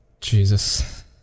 Jesus